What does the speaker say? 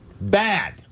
Bad